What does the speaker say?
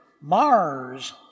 Mars